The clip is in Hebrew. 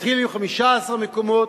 להתחיל עם 15 מקומות,